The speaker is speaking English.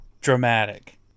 dramatic